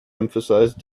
emphasize